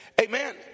Amen